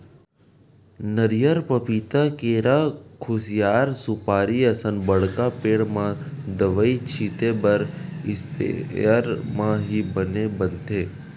नरियर, पपिता, केरा, खुसियार, सुपारी असन बड़का पेड़ म दवई छिते बर इस्पेयर म ही बने बनथे